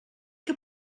que